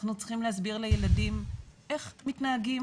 אנחנו צריכים להסביר לילדים איך מתנהגים